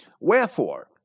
Wherefore